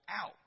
out